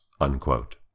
unquote